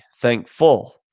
thankful